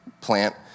plant